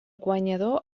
guanyador